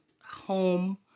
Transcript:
home